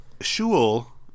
Shul